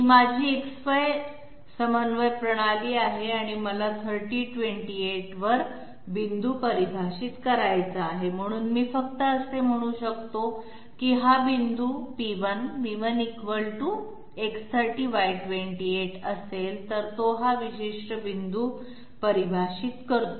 ही माझी XY समन्वय प्रणाली आहे आणि मला 3028 वर पॉईंट परिभाषित करायचा आहे म्हणून मी फक्त असे म्हणू शकतो की हा पॉईंट p1 p1 X30Y28 असेल तर तो हा विशिष्ट पॉईंट परिभाषित करतो